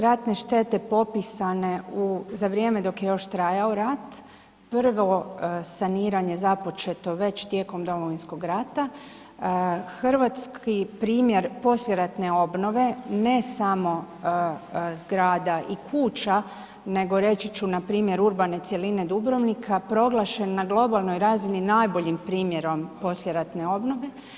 Ratne štete popisane za vrijeme dok je još trajao rat, prvo saniranje započeto već tijekom Domovinskog rata, hrvatski primjer poslijeratne obnove ne samo zgrada i kuća nego reći ću npr. urbane cjeline Dubrovnika proglašen na globalnoj razini najboljim primjerom poslijeratne obnove.